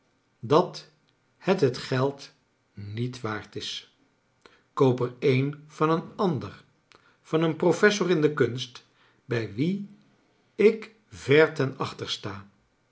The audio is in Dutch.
dat het het geld niet waard is koop er een van een ander van een professor in de kunst bij wien ik ver ten achter sta